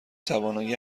توانایی